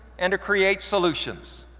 and to create solutions.